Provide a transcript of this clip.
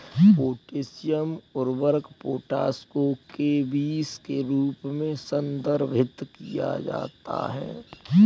potassium उर्वरक potash को केबीस के रूप में संदर्भित किया जाता है